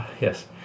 Yes